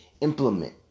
implement